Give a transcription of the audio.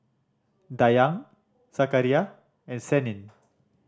Dayang Zakaria and Senin